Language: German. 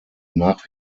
nach